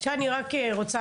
עכשיו אני רק רוצה,